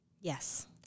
Yes